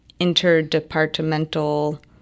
interdepartmental